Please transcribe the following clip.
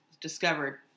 discovered